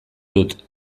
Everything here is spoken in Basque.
dut